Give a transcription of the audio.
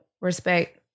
respect